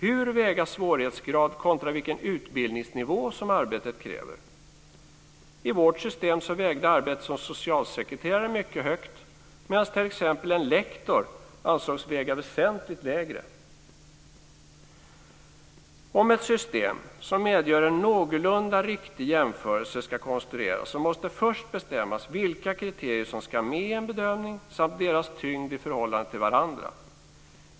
Hur väger man svårighetsgrad kontra vilken utbildningsnivå som arbetet kräver? I vårt system vägde arbetet som socialsekreterare mycket högt medan t.ex. en lektor ansågs väga väsentligt lägre. Om ett system som medger en någorlunda riktig jämförelse ska konstrueras, måste först bestämmas vilka kriterier som ska med i en bedömning samt deras tyngd i förhållande till varandra.